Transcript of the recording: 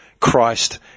Christ